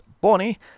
Bonnie